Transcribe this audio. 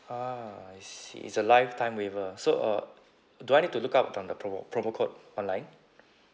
ah I see it's a lifetime waiver so uh do I need to look up on the promo promo code online